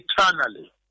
eternally